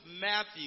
Matthew